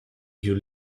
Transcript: you